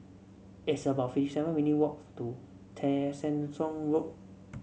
it's about fifty seven minutes' walks to Tessensohn Road